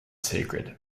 sacred